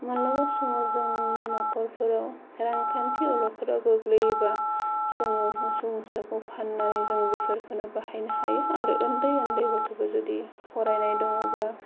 मालाबा समाव जोंनि न'खरफोरा रांखान्थि अलखदफोराव गोग्लैबा जोङो मोसौ मोसाखौ फाननानै जों बेफोरखौनो बाहायनो हायो आरो उन्दै उन्दै गथ'फोर जुदि फरायनाय दङब्ला